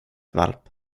valp